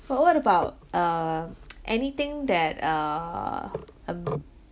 so what about uh anything that uh um